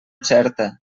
xerta